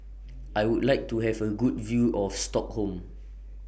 I Would like to Have A Good View of Stockholm